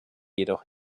jedoch